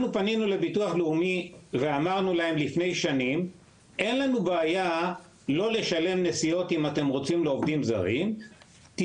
השאלה היא האם הייתי צריך להעביר לו